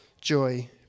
joy